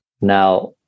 Now